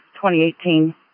2018